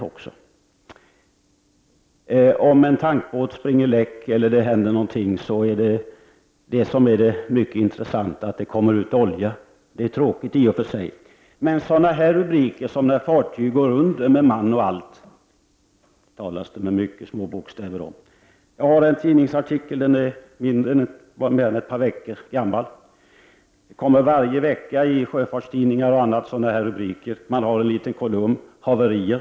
Om en tankbåt springer läck eller om det händer något annat är det intressanta att det kommer ut olja. Det är i och för sig tråkigt att det kommer ut olja. När fartyg däremot går under med man och allt talas med mycket små bokstäver om det, och det blir inga rubriker. Jag har en tidningsartikel framför mig som är ett par veckor gammal. I sjöfartstidningar och olika tidskrifter redovisas varje vecka en liten kolumn med haverier.